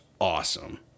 awesome